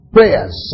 Prayers